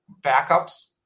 Backups